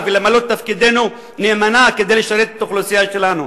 ולמלא תפקידנו נאמנה כדי לשרת את האוכלוסייה שלנו.